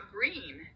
Green